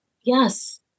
Yes